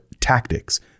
Tactics